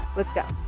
let's go.